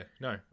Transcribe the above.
no